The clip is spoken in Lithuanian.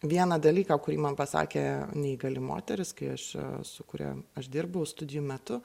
vieną dalyką kurį man pasakė neįgali moteris kai aš su kuria aš dirbau studijų metu